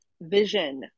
vision